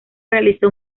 realizó